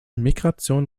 migration